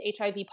HIV